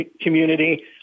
community